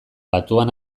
batuan